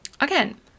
Again